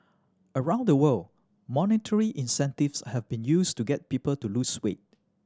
around the world monetary incentives have been used to get people to lose weight